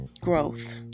growth